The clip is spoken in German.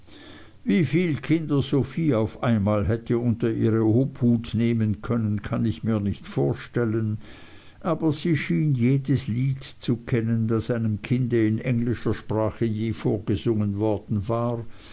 wieviel kinder sophie auf einmal hätte unter ihre obhut nehmen können kann ich mir nicht vorstellen aber sie schien jedes lied zu kennen das einem kinde in englischer sprache je vorgesungen worden war